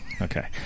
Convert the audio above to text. Okay